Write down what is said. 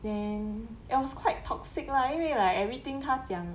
then it was quite toxic lah 因为 like everything 他讲